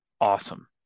awesome